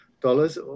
dollars